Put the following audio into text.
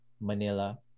Manila